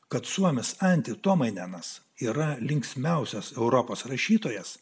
kad suomis anti tuomainenas yra linksmiausias europos rašytojas